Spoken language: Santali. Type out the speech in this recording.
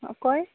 ᱚᱠᱚᱭ